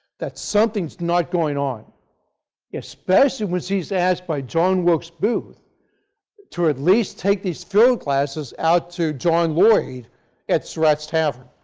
that something is not going on especially when she is asked by john wilkes booth to at least take these field glasses out to john lloyd at surratt's tavern.